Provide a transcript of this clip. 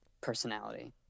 personality